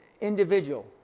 individual